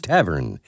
Tavern